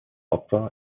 opfer